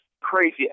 crazy